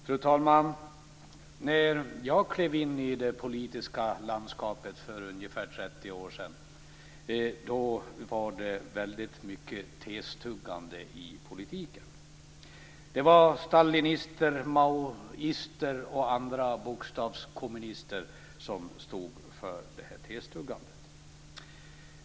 Fru talman! När jag klev in i det politiska landskapet för ungefär 30 år sedan var det väldigt mycket testuggande i politiken. Det var stalinister, maoister och andra bokstavskommunister som stod för detta testuggande.